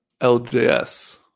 LJS